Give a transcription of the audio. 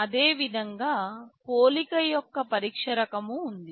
అదేవిధంగా పోలిక యొక్క పరీక్ష రకం ఉంది